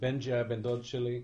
בנג'י היה בן דוד שלי.